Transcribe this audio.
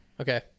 Okay